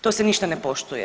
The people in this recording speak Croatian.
To se ništa ne poštuje.